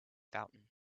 fountain